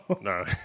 No